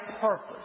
purpose